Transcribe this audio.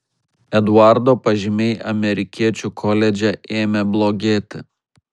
eduardo pažymiai amerikiečių koledže ėmė blogėti